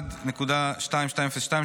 1.2202,